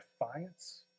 defiance